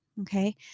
Okay